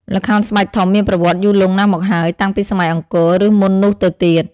ល្ខោនស្បែកធំមានប្រវត្តិយូរលង់ណាស់មកហើយ តាំងពីសម័យអង្គរ ឬមុននោះទៅទៀត ។